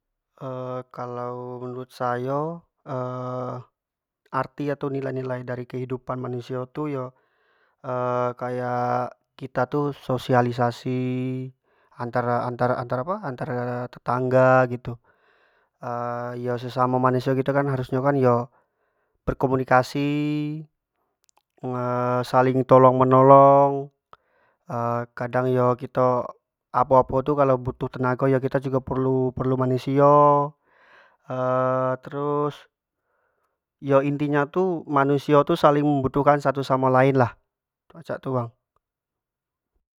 kalau menurut sayo arti atau nilai-nilai dari kehidupan manusio tu yo kayak kito tu sosialisasi antara-antara-antara apo antara tentangga gitu ya sesamo manusia gitu kan harus nyo yo berkomunikasi saling tolong menolonng kadang yo kito apo-apo yu kalau butuh tenago kito tu jugo perlu-perlu manusio terus yo intinyo tu manusio tu saling mmbutuhkan atu samo lain lah, pacak tu bang.